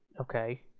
okay